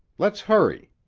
let's hurry.